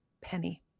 penny